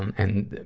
and